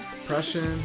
depression